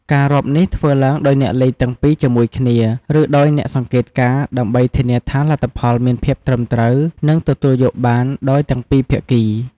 ការរាប់នេះធ្វើឡើងដោយអ្នកលេងទាំងពីរជាមួយគ្នា ឬដោយអ្នកសង្កេតការណ៍ ដើម្បីធានាថាលទ្ធផលមានភាពត្រឹមត្រូវ និងទទួលយកបានដោយទាំងពីរភាគី។